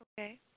Okay